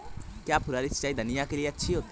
क्या फुहारी सिंचाई धनिया के लिए अच्छी होती है?